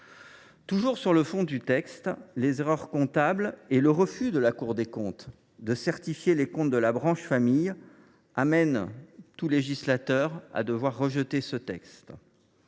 Toujours sur le fond du texte, les erreurs comptables et le refus de la Cour des comptes de certifier les comptes de la branche famille devraient amener tout législateur à rejeter ce texte.